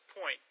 point